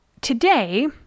today